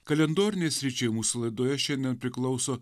kalendorinei sričiai mūsų laidoje šiandien priklauso